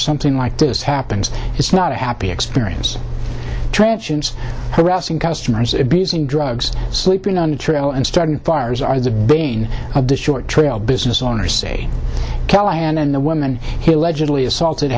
something like this happens it's not a happy experience transoms harassing customers abusing drugs sleeping on the trail and starting fires are the bane of the short trail business owner say callahan and the woman he allegedly assaulted